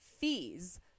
fees